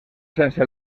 sense